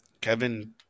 Kevin